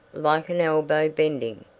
like an elbow bending.